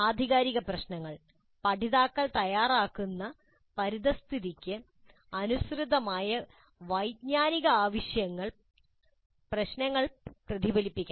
ആധികാരിക പ്രശ്നങ്ങൾ പഠിതാക്കൾ തയ്യാറാക്കുന്ന പരിതസ്ഥിതിക്ക് അനുസൃതമായ വൈജ്ഞാനിക ആവശ്യങ്ങൾ പ്രശ്നങ്ങൾ പ്രതിഫലിപ്പിക്കണം